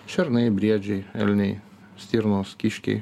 šernai briedžiai elniai stirnos kiškiai